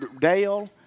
Dale